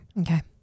Okay